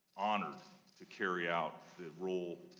honored to carry out the role.